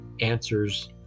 answers